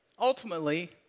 Ultimately